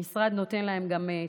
המשרד גם נותן להם תמיכה,